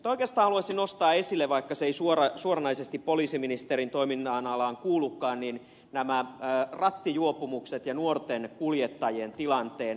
oikeastaan haluaisin nostaa esille vaikka se ei suoranaisesti poliisiministerin toiminnanalaan kuulukaan nämä rattijuopumukset ja nuorten kuljettajien tilanteen